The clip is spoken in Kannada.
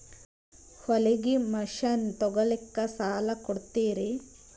ಹೊಲಗಿ ಮಷಿನ್ ತೊಗೊಲಿಕ್ಕ ಸಾಲಾ ಕೊಡ್ತಿರಿ?